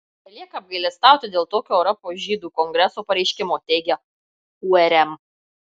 belieka apgailestauti dėl tokio europos žydų kongreso pareiškimo teigia urm